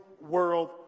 World